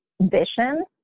vision